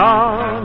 on